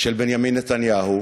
של בנימין נתניהו,